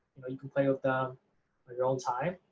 you know, you can play with them but your own time.